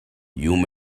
you